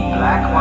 black